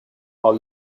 all